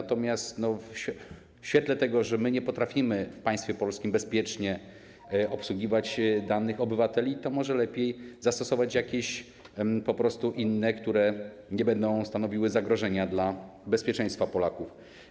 Natomiast w świetle tego, że my nie potrafimy w państwie polskim bezpiecznie obsługiwać danych obywateli, to może lepiej po prostu zastosować jakieś inne, które nie będą stanowiły zagrożenia dla bezpieczeństwa Polaków.